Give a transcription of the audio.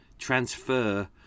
transfer